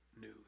news